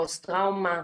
פוסט טראומה.